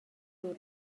lur